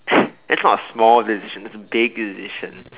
that's not a small decision that's a big decision